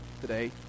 today